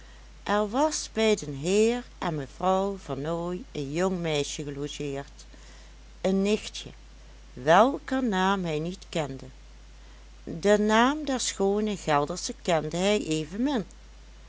er was bij den heer en mevrouw vernooy een jong meisje gelogeerd een nichtje welker naam hij niet kende den naam der schoone geldersche kende hij evenmin